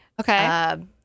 Okay